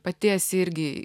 pati esi irgi